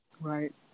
Right